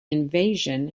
invasion